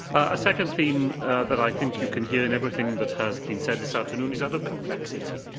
a second theme that i think you can hear in everything that has been said this afternoon is that of complexity